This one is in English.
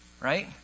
right